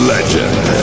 Legend